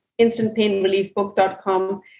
Instantpainreliefbook.com